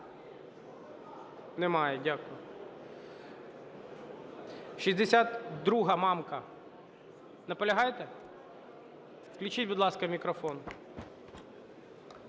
Немає. Дякую. 62-а, Мамка. Наполягаєте? Включіть, будь ласка, мікрофон.